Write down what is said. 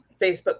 Facebook